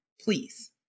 Please